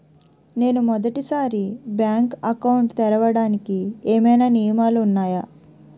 నేను మొదటి సారి బ్యాంక్ అకౌంట్ తెరవడానికి ఏమైనా నియమాలు వున్నాయా?